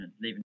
Leaving